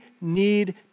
need